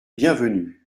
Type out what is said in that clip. bienvenu